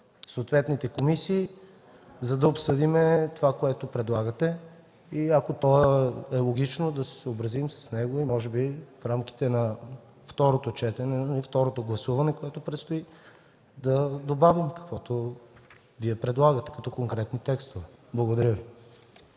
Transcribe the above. съответните комисии, за да обсъдим това, което предлагате. Ако то е логично, да се съобразим с него и може би в рамките на второто гласуване, което предстои, да добавим това, което предлагате като конкретни текстове. Благодаря Ви.